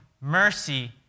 mercy